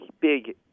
big